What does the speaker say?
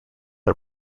are